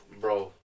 Bro